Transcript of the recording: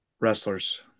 Wrestlers